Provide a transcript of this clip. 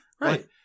Right